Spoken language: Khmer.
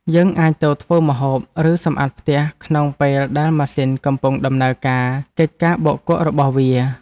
យើងអាចទៅធ្វើម្ហូប ឬសម្អាតផ្ទះក្នុងពេលដែលម៉ាស៊ីនកំពុងដំណើរការកិច្ចការបោកគក់របស់វា។